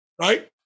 right